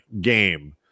game